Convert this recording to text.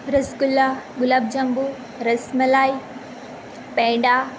rasgulla gulab jamun rasmalai peda